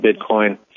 Bitcoin